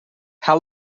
how